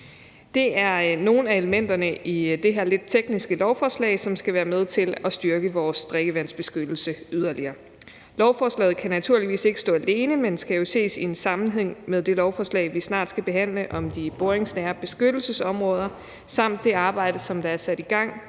Det er nogle af elementerne i det her lidt tekniske lovforslag, som skal være med til at styrke vores drikkevandsbeskyttelse yderligere. Lovforslaget kan naturligvis ikke stå alene, men skal jo ses i sammenhæng med det lovforslag, vi snart skal behandle, om de boringsnære beskyttelsesområder samt det arbejde, der er sat i gang